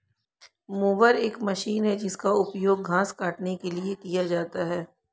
mower एक machine है जिसका उपयोग घास काटने के लिए किया जाता है